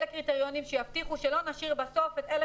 קריטריונים כאלה שיבטיחו שלא נשאיר בסוף את אלה